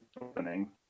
opening